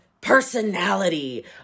personality